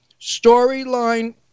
Storyline